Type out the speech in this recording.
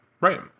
right